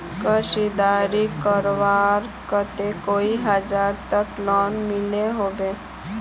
कशीदाकारी करवार केते कई हजार तक लोन मिलोहो होबे?